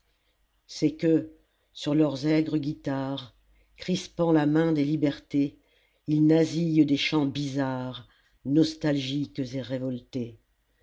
c'est que sur leurs aigres guitares crispant la main des libertés ils nasillent des chants bizarres nostalgiques et révoltés